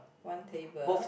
one table